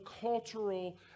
cultural